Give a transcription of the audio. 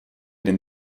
den